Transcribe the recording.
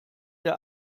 der